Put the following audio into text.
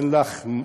אין עלייך,